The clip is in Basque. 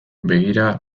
begira